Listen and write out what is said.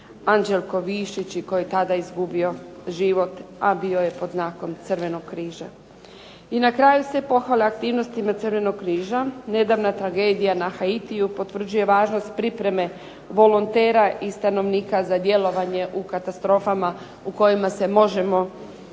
Anđelko Višić i koji je tada izgubio život, a bio je pod znakom Crvenog križa. I na kraju sve pohvale aktivnostima Crvenog križa, nedavna tragedija na Haitiju potvrđuje važnost pripreme volontera i stanovnika za djelovanje u katastrofama u kojima se možemo naći.